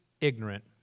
ignorant